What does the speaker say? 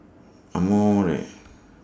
Amore